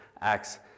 Acts